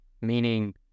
Meaning